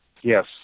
Yes